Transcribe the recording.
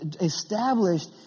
established